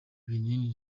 binini